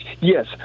Yes